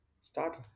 start